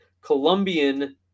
Colombian